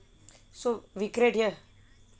so we create here